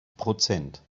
prozent